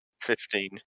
Fifteen